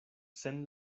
sen